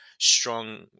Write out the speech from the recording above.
strong